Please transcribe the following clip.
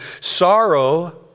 sorrow